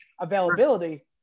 availability